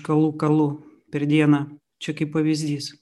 kalu kalu per dieną čia kaip pavyzdys